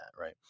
right